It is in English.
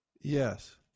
Yes